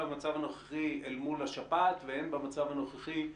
מבחינת ההכנה לשפעת החורף ולנגיפי החורף הרגילים.